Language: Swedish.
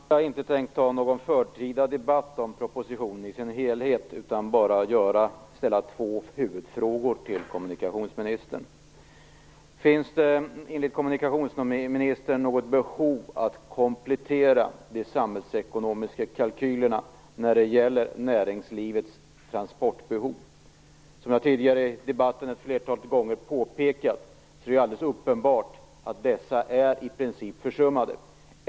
Herr talman! Jag har inte tänkt ta upp en förtida debatt om propositionen i dess helhet utan bara ställa två huvudfrågor till kommunikationsministern. Den första frågan är om det enligt kommunikationsministern finns något behov av att komplettera de samhällsekonomiska kalkylerna när det gäller näringslivets transportbehov. Som jag har påpekat flera gånger tidigare i debatten är det uppenbart att dessa i princip är försummade.